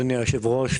אדוני היושב-ראש,